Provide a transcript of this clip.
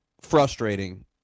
frustrating